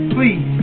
Please